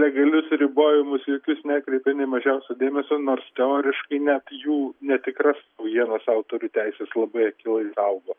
legalius ribojimus į jokius nekreipia nei mažiausio dėmesio nors teoriškai net jų netikras naujienas autorių teisės labai akylai saugo